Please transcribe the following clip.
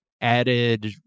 added